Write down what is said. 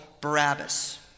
Barabbas